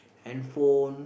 handphone